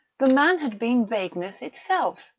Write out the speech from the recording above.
the man had been vagueness itself.